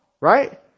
right